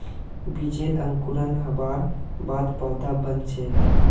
बीजेर अंकुरण हबार बाद पौधा बन छेक